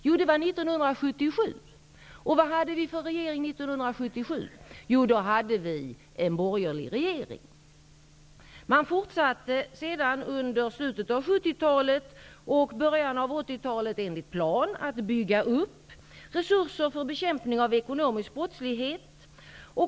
Jo, det skedde 1977. Vad hade vi för regering 1977? Jo, det var en borgerlig regering. Man fortsatte sedan under slutet av 1970 och början av 1980-talet enligt plan att bygga upp resurser för bekämpning av ekonomisk brottslighet.